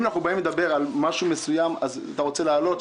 אם אנחנו באים לדבר על דבר מסוים שאתה רוצה להעלות,